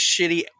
shitty